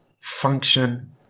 function